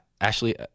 Ashley